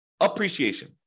appreciation